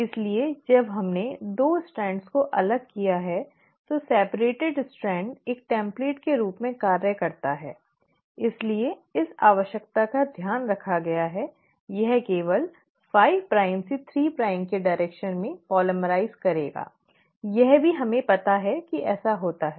इसलिए जब हमने 2 स्ट्रैंड को अलग किया है तो अलग स्ट्रैंड एक टेम्पलेट के रूप में कार्य करता है इसलिए इस आवश्यकता का ध्यान रखा गया है यह केवल 5 प्राइम से 3 प्राइम की दिशा में पॉलिमराइज़ करेगा यह भी हमें पता है कि ऐसा होता है